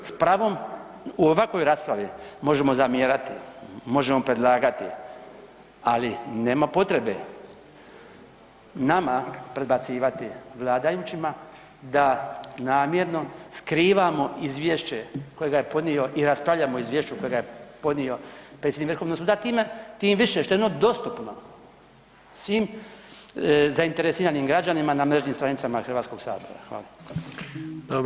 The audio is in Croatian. S pravom, u ovakvoj raspravi možemo zamjerati, možemo predlagati, ali nema potrebe nama predbacivati vladajućima da namjerno skrivamo izvješće kojega je podnio i raspravljamo o izvješću kojega je podnio predsjednik Vrhovnog suda tim više što je ono dostupno svim zainteresiranim građanima na mrežnim stranicama Hrvatskoga sabora.